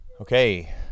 Okay